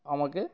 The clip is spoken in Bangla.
আমাকে